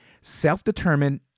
Self-determined